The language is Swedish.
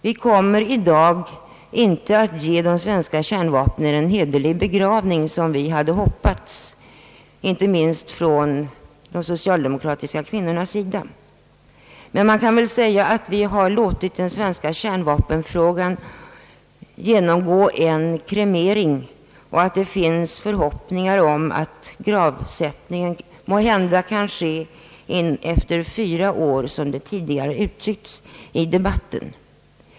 Vi kommer i dag inte att ge de svenska kärnvapnen en hederlig begravning — som vi hade hoppats inte minst från de socialdemokratiska kvinnornas sida — men man kan väl säga att vi har låtit den svenska kärnvapenfrågan genomgå en kremering och att det finns förhoppningar om att gravsättningen kan ske efter fyra år, som det tidigare antytts i debatten.